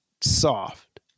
soft